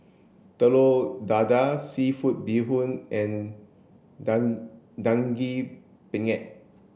telur dadah seafood bee hoon and dan daging penyet